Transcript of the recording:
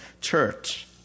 church